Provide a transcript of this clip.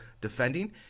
defending